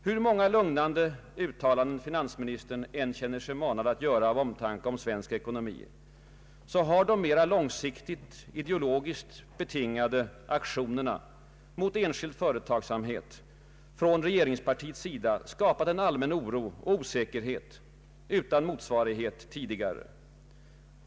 Hur många lugnande uttalanden finansministern än känner sig manad att göra av omtanke om svensk ekonomi, så har de mera långsiktigt ideologiskt betingade aktionerna mot enskild företagsamhet från regeringspartiets sida skapat en allmän oro och osäkerhet utan motsvarighet tidigare.